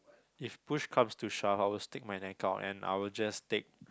if push comes to shove I will stick my neck out and I will just take